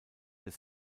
des